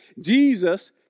Jesus